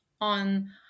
on